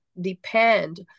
depend